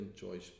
choice